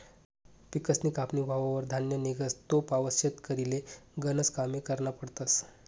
पिकसनी कापनी व्हवावर धान्य निंघस तोपावत शेतकरीले गनज कामे करना पडतस